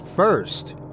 First